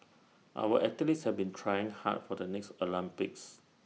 our athletes have been trying hard for the next Olympics